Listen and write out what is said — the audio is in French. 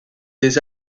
des